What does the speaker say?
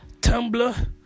Tumblr